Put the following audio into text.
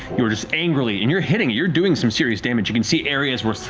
you are just angrily. and you're hitting, you're doing some serious damage. you can see areas where